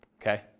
Okay